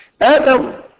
Adam